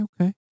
okay